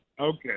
Okay